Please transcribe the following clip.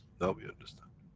now we understand.